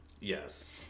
Yes